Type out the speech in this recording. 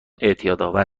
اعتیادآور